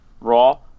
Raw